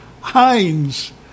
Heinz